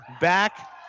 Back